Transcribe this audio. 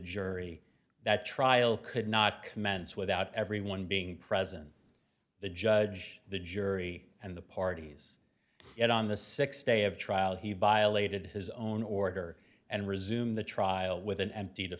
jury that trial could not commence without everyone being present the judge the jury and the parties yet on the sixth day of trial he violated his own order and resume the trial with an empty